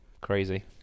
Crazy